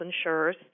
insurers